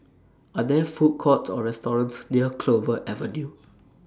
Are There Food Courts Or restaurants near Clover Avenue